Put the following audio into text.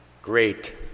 Great